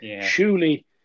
surely